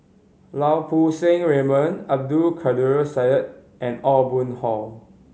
Lau Poo Seng Raymond Abdul Kadir Syed and Aw Boon Haw